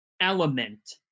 element